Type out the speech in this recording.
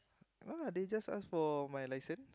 no lah they just ask for my licence